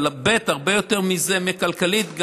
אבל הרבה יותר מכלכלית,